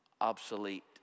obsolete